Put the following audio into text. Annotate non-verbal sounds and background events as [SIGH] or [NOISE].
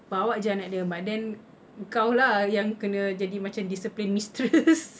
bawa jer anak dia but then engkau lah yang kena jadi macam discipline mistress [LAUGHS]